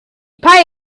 pay